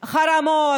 חרמות,